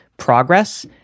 progress